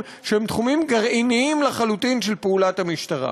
שהם תחומים גרעיניים לחלוטין של פעולת המשטרה.